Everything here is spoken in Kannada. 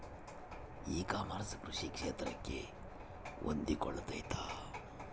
ಇ ಕಾಮರ್ಸ್ ಕೃಷಿ ಕ್ಷೇತ್ರಕ್ಕೆ ಹೊಂದಿಕೊಳ್ತೈತಾ?